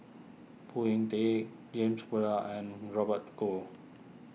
Phoon Yew Tien James and Robert Goh